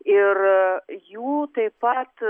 ir jų taip pat